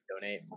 donate